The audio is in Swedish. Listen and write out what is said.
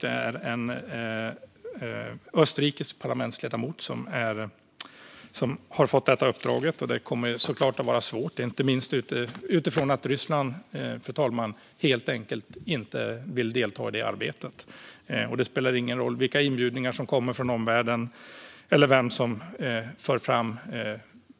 Det är en österrikisk parlamentsledamot som har fått detta uppdrag, som självfallet kommer att bli svårt, inte minst därför att Ryssland helt enkelt inte vill delta i arbetet. Det spelar ingen roll vilka inbjudningar som kommer från omvärlden eller vem som för fram